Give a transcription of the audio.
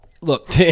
Look